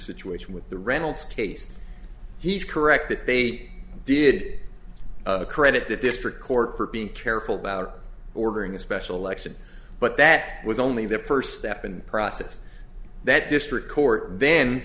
situation with the reynolds case he's correct that they did credit the district court for being careful about ordering a special election but that was only the first step and process that district court then